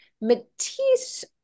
matisse